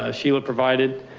ah sheila provided.